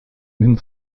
been